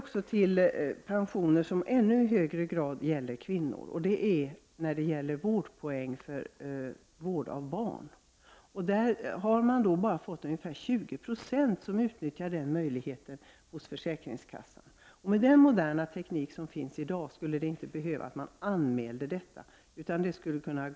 Något som i ännu högre grad gäller kvinnor är ATP-pension som grundas på vårdpoäng för vård av barn. Det är endast ca 20 90 som utnyttjar möjligheten att hos försäkringskassan ansöka om vårdår. Med dagens moderna teknik skulle det inte vara nödvändigt för människor att anmäla detta till försäkringskassan.